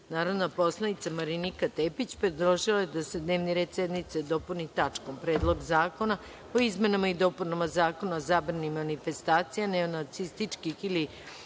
Narodne skupštine, predložila je da se dnevni red sednice dopuni tačkom – Predlog zakona o izmenama i dopunama Zakona o zabrani manifestacija neonacističkih ili